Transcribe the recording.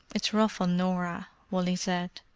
it's rough on norah, wally said.